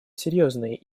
серьезной